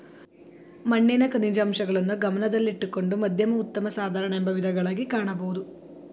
ಮಣ್ಣಿನ ಖನಿಜಾಂಶಗಳನ್ನು ಗಮನದಲ್ಲಿಟ್ಟುಕೊಂಡು ಮಧ್ಯಮ ಉತ್ತಮ ಸಾಧಾರಣ ಎಂಬ ವಿಧಗಳಗಿ ಕಾಣಬೋದು